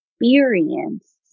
experience